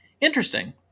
Interesting